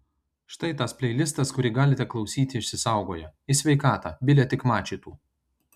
štai tas pleilistas kurį galite klausyti išsisaugoję į sveikatą bile tik mačytų